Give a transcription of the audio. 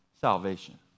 salvation